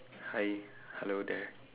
hi hello there